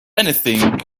anything